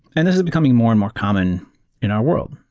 and this is becoming more and more common in our world,